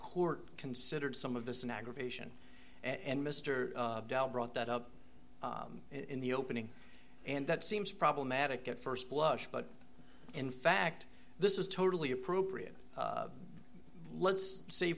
court considered some of this in aggravation and mr dell brought that up in the opening and that seems problematic at first blush but in fact this is totally appropriate let's say